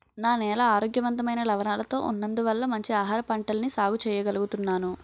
నా నేల ఆరోగ్యవంతమైన లవణాలతో ఉన్నందువల్ల మంచి ఆహారపంటల్ని సాగు చెయ్యగలుగుతున్నాను